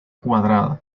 cuadrada